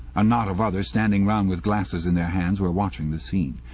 a knot of others, standing round with glasses in their hands, were watching the scene.